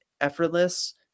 effortless